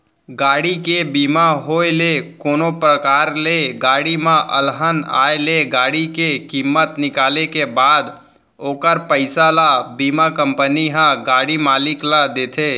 गाड़ी के बीमा होय ले कोनो परकार ले गाड़ी म अलहन आय ले गाड़ी के कीमत निकाले के बाद ओखर पइसा ल बीमा कंपनी ह गाड़ी मालिक ल देथे